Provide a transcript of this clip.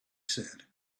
said